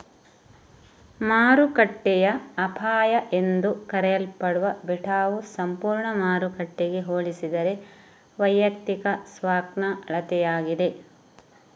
ಮಾರುಕಟ್ಟೆಯ ಅಪಾಯ ಎಂದೂ ಕರೆಯಲ್ಪಡುವ ಬೀಟಾವು ಸಂಪೂರ್ಣ ಮಾರುಕಟ್ಟೆಗೆ ಹೋಲಿಸಿದರೆ ವೈಯಕ್ತಿಕ ಸ್ಟಾಕ್ನ ಅಳತೆಯಾಗಿದೆ